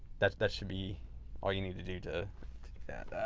that that should be all you need to do to to make that.